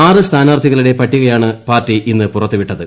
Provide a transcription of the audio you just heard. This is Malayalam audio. ആറ് സ്ഥാനാർത്ഥികളുടെ പട്ടികയാണ് പാർട്ടി ഇന്ന് പുറത്തുവിട്ടത്